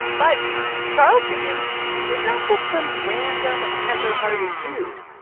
but charles dickens he's not just some random, tenderhearted dude.